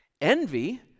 Envy